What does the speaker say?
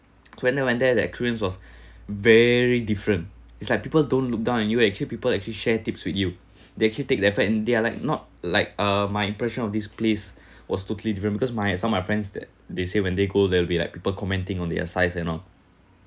when I went there the experience was very different it's like people don't look down on you and actually people actually share tips with you they actually take effort and they are like not like uh my impression of this place was totally different because my some of my friends that they say when they go they will be like people commenting on their size and all